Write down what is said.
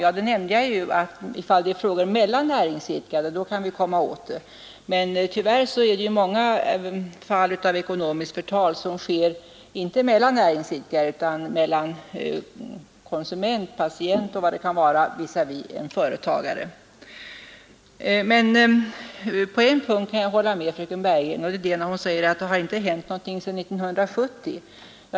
Ja, jag nämnde ju att i frågor mellan näringsidkare kan vi komma åt den här företeelsen, men tyvärr sker många fall av ekonomiskt förtal inte mellan näringsidkare utan mellan konsument, patient och vad det kan vara visavi en företagare. På en punkt kan jag hålla med fröken Bergegren, och det är när hon säger att ingenting har hänt sedan 1970.